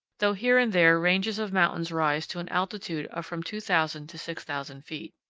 though here and there ranges of mountains rise to an altitude of from two thousand to six thousand feet.